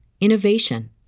innovation